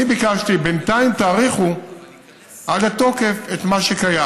אני ביקשתי: בינתיים תאריכו עד התוקף את מה שקיים.